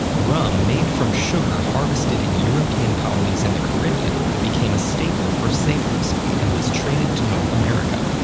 rum made from sugar harvested in european colonies in the caribbean became a staple for sailors and was traded to north america.